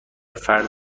فردا